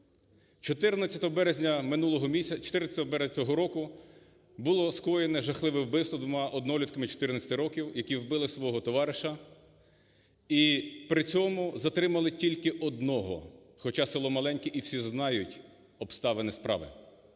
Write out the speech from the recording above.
14 березня цього року було скоєно жахливе вбивство двома однолітками 14 років, які вбили свого товариша і при цьому затримали тільки одного, хоча село маленьке і всі знають обставини справи.